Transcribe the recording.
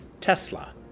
Tesla